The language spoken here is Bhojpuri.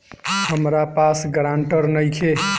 हमरा पास ग्रांटर नइखे?